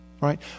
right